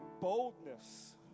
boldness